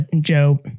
Joe